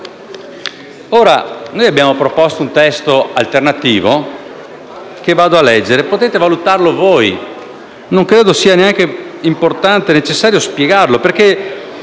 Noi abbiamo proposto un testo alternativo, che vado a leggere. Potete valutarlo voi e non credo sia neanche importante o necessario spiegarlo.